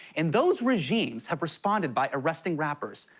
and those regimes have responded by arresting rappers.